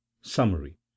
Summary